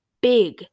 big